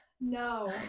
No